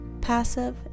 passive